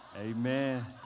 Amen